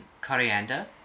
coriander